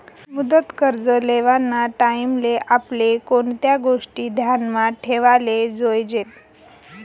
मुदत कर्ज लेवाना टाईमले आपले कोणत्या गोष्टी ध्यानमा ठेवाले जोयजेत